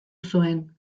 zuen